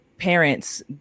parents